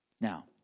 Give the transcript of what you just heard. Now